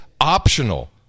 optional